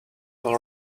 all